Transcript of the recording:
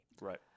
Right